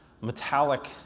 metallic